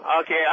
Okay